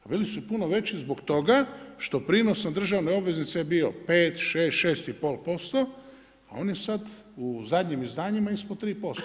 A bili su puno veći zbog toga što prinos na državne obveznice je bio 5, 6, 6,5%, a on je sad u zadnjim izdanjima ispod 3%